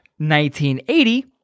1980